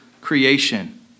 creation